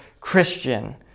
Christian